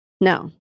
No